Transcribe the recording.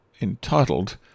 entitled